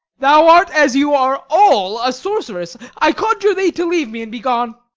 thou art, as you are all, a sorceress i conjure thee to leave me and be gone.